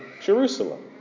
Jerusalem